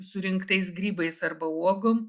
surinktais grybais arba uogom